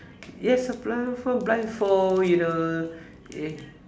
yes a blindfold blindfold you know eh